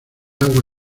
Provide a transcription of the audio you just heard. agua